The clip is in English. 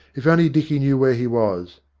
if only dicky knew where he was!